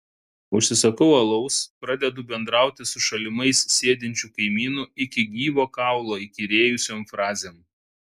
užsisakau alaus pradedu bendrauti su šalimais sėdinčiu kaimynu iki gyvo kaulo įkyrėjusiom frazėm